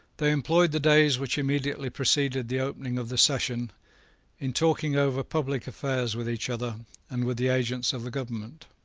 they employed the days which immediately preceded the opening of the session in talking over public affairs with each other and with the agents of the government.